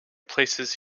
places